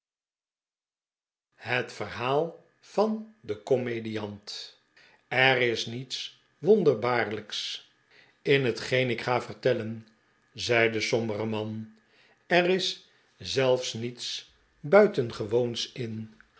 het verhaal van den komediant er is niets wonderbaarlijks in hetgeen ik ga vertellen zei de sombere man er is zelfs niets buitengewoons in